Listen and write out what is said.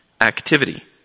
activity